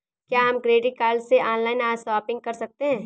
क्या हम credit card से ऑनलाइन शॉपिंग कर सकते हैं?